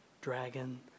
dragon